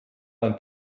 ein